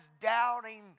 doubting